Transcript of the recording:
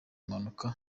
mpanuka